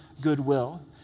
goodwill